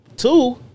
Two